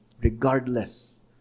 regardless